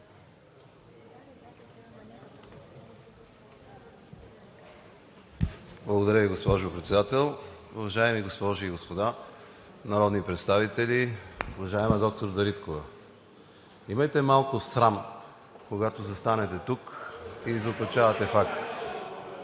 Благодаря Ви, госпожо Председател. Уважаеми госпожи и господа народни представители! Уважаема доктор Дариткова, имайте малко срам, когато застанете тук и изопачавате фактите.